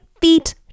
feet